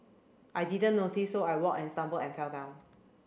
I didn't notice so I walked and stumbled and fell down